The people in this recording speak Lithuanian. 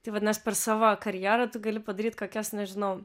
tai vadinas per savo karjerą tu gali padaryt kokias nežinau